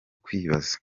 kwibaza